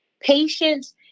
patience